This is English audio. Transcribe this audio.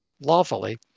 lawfully